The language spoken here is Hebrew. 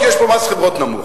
כי יש פה מס חברות נמוך.